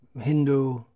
Hindu